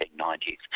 1990s